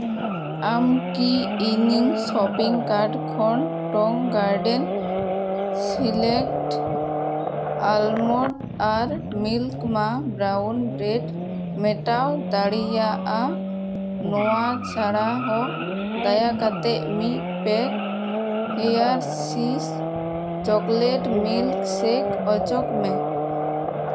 ᱟᱢ ᱠᱤ ᱤᱧᱟᱹᱝ ᱥᱚᱯᱤᱝ ᱠᱟᱨᱰ ᱠᱷᱚᱱ ᱴᱚᱝ ᱜᱟᱨᱰᱮᱱ ᱥᱚᱞᱴᱮᱰ ᱟᱞᱢᱳᱱᱰ ᱟᱨ ᱢᱤᱞᱠ ᱢᱟ ᱵᱨᱟᱣᱩᱱ ᱵᱨᱮᱰ ᱢᱮᱴᱟᱣ ᱫᱟᱲᱮᱭᱟᱜᱼᱟ ᱱᱚᱣᱟ ᱪᱷᱟᱲᱟ ᱦᱚᱸ ᱫᱟᱭᱟ ᱠᱟᱛᱮᱫ ᱢᱤᱫ pack Hershey's chocolate milkshake ᱚᱪᱚᱜᱽ ᱢᱮ